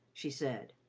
she said.